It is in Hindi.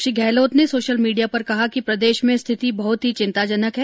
श्री गहलोत ने सोशल मीडिया पर कहा कि प्रदेश में स्थिति बहुत ही चिंताजनक है